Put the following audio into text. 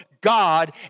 God